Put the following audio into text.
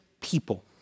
people